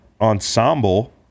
ensemble